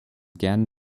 gern